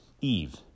Eve